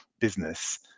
business